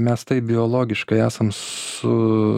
mes taip biologiškai esam su